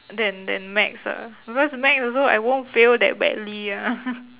than than maths ah because maths also I won't fail that badly ah